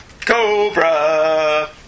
Cobra